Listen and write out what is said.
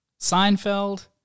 Seinfeld